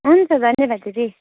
हुन्छ धन्यवाद दिदी